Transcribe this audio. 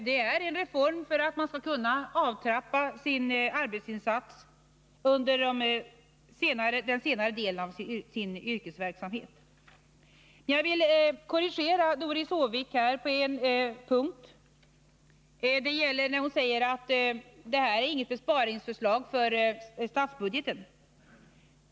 Det är en reform för att man skall kunna avtrappa sin arbetsinsats under den senare delen av sin yrkesverksamhet. På en punkt vill jag korrigera Doris Håvik, och det är när hon säger att detta inte är något besparingsförslag för statsbudgeten.